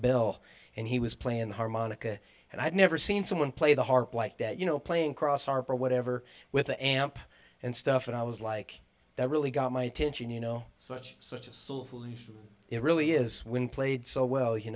bell and he was playing the harmonica and i'd never seen someone play the harp like that you know playing cross harper whatever with the amp and stuff and i was like that really got my attention you know so much so it really is when played so well you